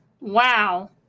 Wow